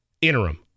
interim